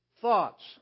thoughts